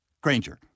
Granger